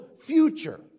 future